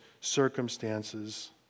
circumstances